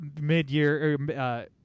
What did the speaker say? mid-year